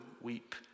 weep